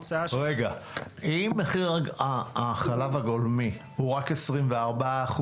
אם מחיר החלב הגולמי הוא רק 24%,